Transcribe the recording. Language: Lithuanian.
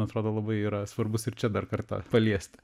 man atrodo labai yra svarbus ir čia dar kartą paliesti